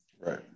Right